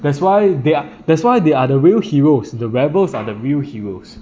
that's why they're that's why they are the real heroes the rebels are the real heroes